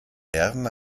werden